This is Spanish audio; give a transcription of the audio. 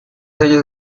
años